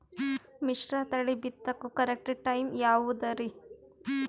ಮಿಶ್ರತಳಿ ಬಿತ್ತಕು correct time ಯಾವುದರಿ?